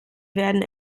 werden